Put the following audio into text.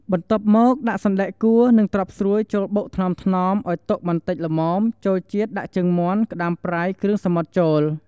បន្ទាប់មក ដាក់សណ្ដែកកួរនិងត្រប់ស្រួយចូលបុកថ្នមៗឲ្យទក់បន្តិចល្មមចូលជាតិដាក់ជើងមាន់ ក្ដាមប្រៃ គ្រឿងសមុទ្រចូល។